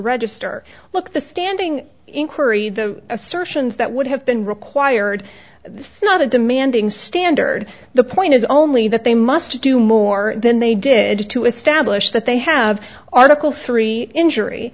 register look the standing inquiry the assertions that would have been required not a demanding standard the point is only that they must do more than they did to establish that they have article three injury